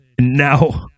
Now